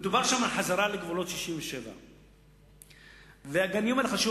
מדובר שם על חזרה לגבולות 67'. אני אומר לך שוב,